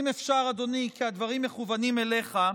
אם אפשר, אדוני, כי הדברים מכוונים אליך,